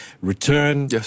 return